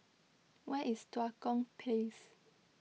where is Tua Kong Place